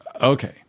Okay